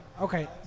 okay